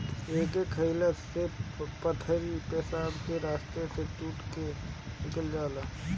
एके खाएला से पथरी पेशाब के रस्ता टूट के निकल जाला